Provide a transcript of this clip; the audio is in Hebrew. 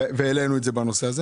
העלינו את הנושא.